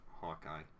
Hawkeye